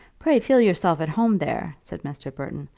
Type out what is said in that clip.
pray feel yourself at home there, said mr. burton.